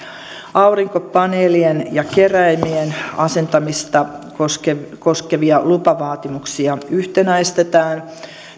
aurinkopaneelien ja keräimien asentamista koskevia koskevia lupavaatimuksia yhtenäistetään